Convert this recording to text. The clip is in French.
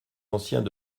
anciens